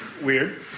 weird